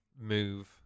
move